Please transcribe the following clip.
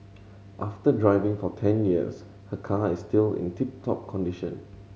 after driving for ten years her car is still in tip top condition